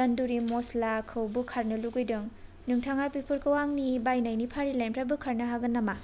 तन्दुरि मस्लाखौ बोखारनो लुबैदों नोंथाङा बेफोरखौ आंनि बायनायनि फारिलाइनिफ्राय बोखारनो हागोन नामा